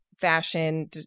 fashion